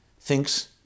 thinks